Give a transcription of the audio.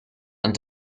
and